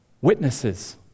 Witnesses